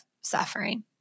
suffering